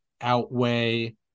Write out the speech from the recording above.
outweigh